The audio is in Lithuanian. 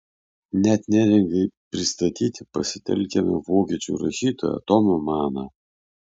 net neringai pristatyti pasitelkiame vokiečių rašytoją tomą maną